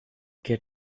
geht